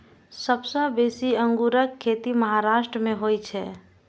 सबसं बेसी अंगूरक खेती महाराष्ट्र मे होइ छै